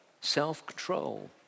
self-control